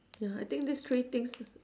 ya I think these three things